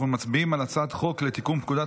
אנחנו מצביעים על הצעת חוק לתיקון פקודת